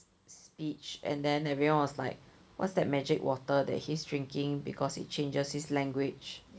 his speech and then everyone was like what's that magic water that he's drinking because it changes his language